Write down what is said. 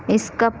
skip